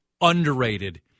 underrated